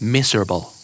Miserable